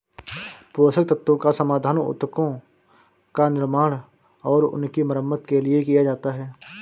पोषक तत्वों का समाधान उत्तकों का निर्माण और उनकी मरम्मत के लिए किया जाता है